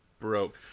Broke